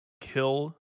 kill